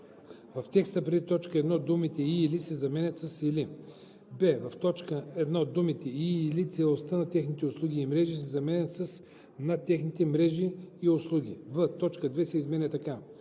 в текста преди т. 1 думите „и/или“ се заменят с „или“; б) в т. 1 думите „и/или целостта на техните услуги и мрежи“ се заменят с „на техните мрежи и услуги“; в) точка 2 се изменя така: